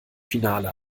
finale